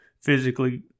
physically